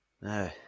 no